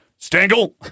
Stangle